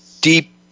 deep